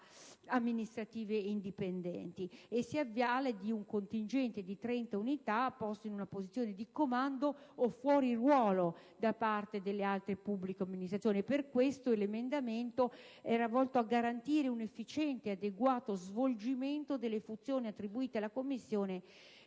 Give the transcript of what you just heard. amministrative indipendenti, e si avvale soltanto di un contingente di 30 unità, posto in posizione di comando o fuori ruolo da parte di altre pubbliche amministrazioni. Per questo l'emendamento era volto a garantire un efficiente ed adeguato svolgimento delle funzioni attribuite alla Commissione